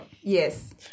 Yes